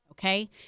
Okay